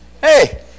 Hey